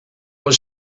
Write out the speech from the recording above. was